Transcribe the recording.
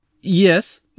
Yes